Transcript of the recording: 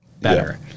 better